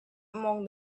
among